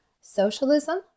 Socialism